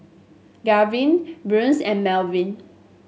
Garvin Bryce and Melvin